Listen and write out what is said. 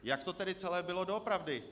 Jak to tedy celé bylo doopravdy?